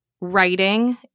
writing